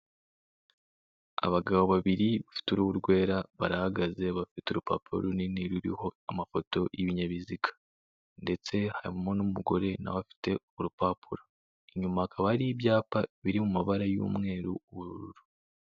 Abagabo babiri bafite uruhu rwera, barahagaze bafite urupapuro runini ruriho amafoto y'ibinyabiziga ndetse harimo n'umugore nawe afite urupapuro. Inyuma hakaba hari ibyapa biri mu mabara y'umweru, ubururu.